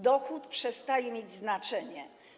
Dochód przestanie mieć znaczenie.